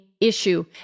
issue